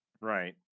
Right